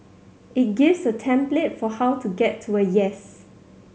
it gives a template for how to get to a yes